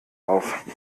auf